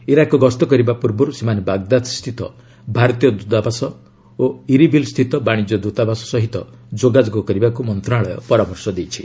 Iraq ଗସ୍ତ କରିବା ପୂର୍ବରୁ ସେମାନେ ବାଗ୍ଦାଦ ସ୍ଥିତ ଭାରତୀୟ ଦୂତାବାସ ଓ ଇରିବିଲ ସ୍ଥିତ ବାଣିଜ୍ୟ ଦୂତାବାସ ସହ ଯୋଗାଯୋଗ କରିବାକୁ ମନ୍ତ୍ରଣାଳୟ ପରାମର୍ଶ ଦେଇଛି